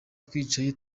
twicaye